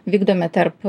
vykdomi tarp